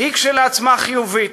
היא כשלעצמה חיובית.